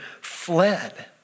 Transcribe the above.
fled